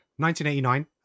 1989